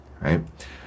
right